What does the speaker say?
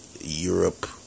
Europe